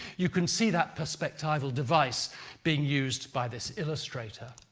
you can see that perspectival device being used by this illustrator.